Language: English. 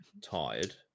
Tired